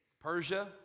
Persia